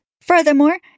Furthermore